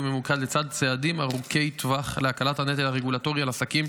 וממוקד לצד צעדים ארוכי טווח להקלת הנטל הרגולטורי על עסקים.